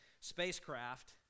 spacecraft